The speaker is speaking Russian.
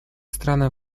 странам